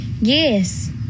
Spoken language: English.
yes